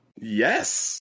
yes